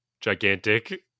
gigantic